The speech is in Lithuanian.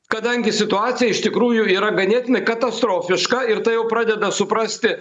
kadangi situacija iš tikrųjų yra ganėtinai katastrofiška ir tai jau pradeda suprasti